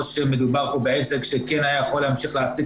או שמדובר פה בעסק שכן היה יכול להמשיך להעסיק